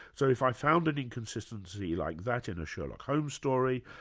so if i found an inconsistency like that in a sherlock holmes story,